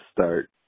start